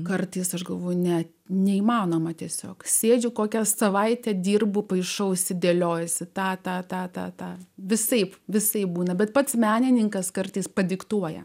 kartais aš galvoju ne neįmanoma tiesiog sėdžiu kokią savaitę dirbu paišausi dėliojasi tą etatą visaip visaip būna bet pats menininkas kartais padiktuoja